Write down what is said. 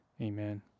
Amen